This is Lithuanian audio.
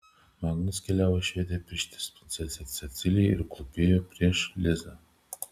magnus keliavo į švediją pirštis princesei cecilijai ir klūpėjo prieš lizą